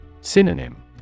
Synonym